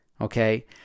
okay